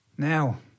Now